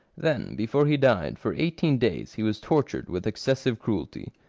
then, before he died, for eighteen days he was tortured with excessive cruelty.